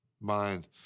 mind